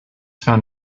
found